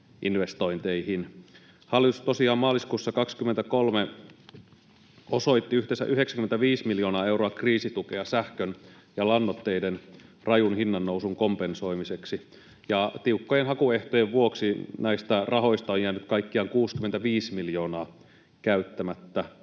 investointeihin. Hallitus tosiaan maaliskuussa 23 osoitti yhteensä 95 miljoonaa euroa kriisitukea sähkön ja lannoitteiden rajun hinnannousun kompensoimiseksi, ja tiukkojen hakuehtojen vuoksi näistä rahoista on jäänyt kaikkiaan 65 miljoonaa käyttämättä.